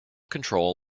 control